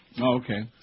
Okay